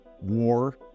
war